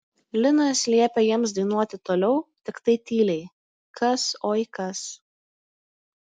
linas liepė jiems dainuoti toliau tiktai tyliai kas oi kas